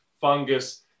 fungus